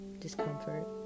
discomfort